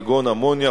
כגון אמוניה,